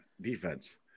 defense